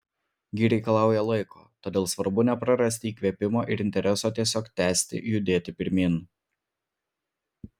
ji reikalauja laiko todėl svarbu neprarasti įkvėpimo ir intereso tiesiog tęsti judėti pirmyn